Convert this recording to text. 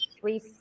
three